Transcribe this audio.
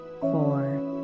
four